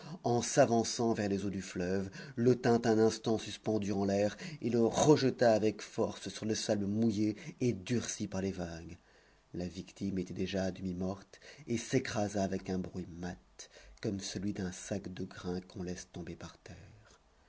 en s'avançant vers les eaux du fleuve le tint un instant suspendu en l'air et le rejeta avec force sur le sable mouillé et durci par les vagues la victime était déjà à demi morte et s'écrasa avec un bruit mat comme celui d'un sac de grain qu'on laisse tomber par terre